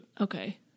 okay